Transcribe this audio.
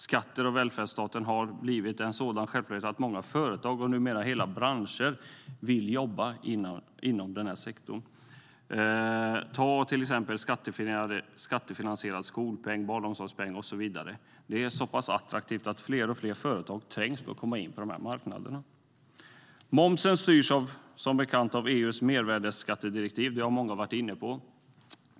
Skatterna och välfärdsstaten har blivit en sådan självklarhet att många företag och numera hela branscher vill jobba inom den skattefinansierade sektorn. Exempelvis skattefinansierad skolpeng, barnomsorgspeng och så vidare är så pass attraktiva att fler och fler företag trängs för att komma in på dessa marknader. Som bekant styrs momsen av EU:s sjätte mervärdesskattedirektiv, vilket många har varit inne på.